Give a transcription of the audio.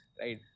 right